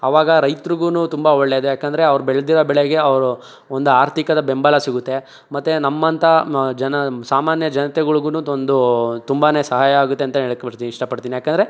ಆವಾಗ ರೈತ್ರಿಗೂ ತುಂಬ ಒಳ್ಳೇದು ಯಾಕೆಂದ್ರೆ ಅವ್ರು ಬೆಳೆದಿರೋ ಬೆಳೆಗೆ ಅವರು ಒಂದು ಆರ್ಥಿಕದ ಬೆಂಬಲ ಸಿಗುತ್ತೆ ಮತ್ತು ನಮ್ಮಂಥ ಜನ ಸಾಮಾನ್ಯ ಜನತೆಗಳಿಗೂ ಒಂದು ತುಂಬಾನೇ ಸಹಾಯ ಆಗುತ್ತೆ ಅಂತೆಯೇ ಹೇಳೋಕ್ಕೆ ಬರ್ತೀನಿ ಇಷ್ಟಪಡ್ತೀನಿ ಯಾಕೆಂದ್ರೆ